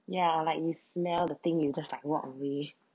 ya like you smell the thing you just like walk away